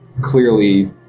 clearly